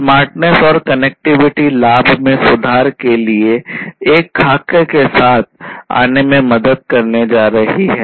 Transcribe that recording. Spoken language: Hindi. स्मार्टनेस और कनेक्टिविटी लाभ में सुधार के लिए एक खाका के साथ आने में मदद करने जा रही है